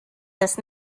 this